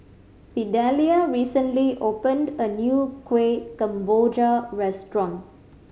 Fidelia recently opened a new Kueh Kemboja restaurant